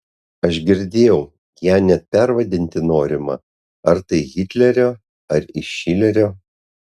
aš girdėjau ją net pervadinti norima ar tai į hitlerio ar į šilerio